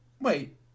Wait